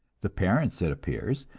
the parents, it appears,